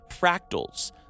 fractals